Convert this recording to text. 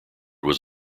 was